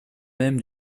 même